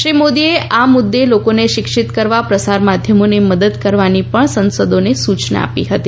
શ્રી મોદીએ આ મુદ્દે લોકોને શિક્ષિત કરવામાં પ્રસાર માધ્યમોને મદદ કરવાની પણ સાંસદોને સુયના આપી હતી